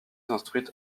instruite